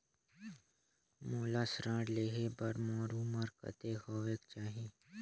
मोला ऋण लेहे बार मोर उमर कतेक होवेक चाही?